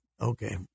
okay